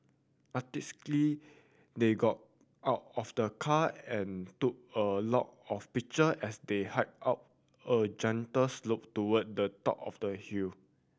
they got out of the car and took a lot of picture as they hiked up a gentle slope toward the top of the hill